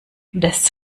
des